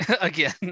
again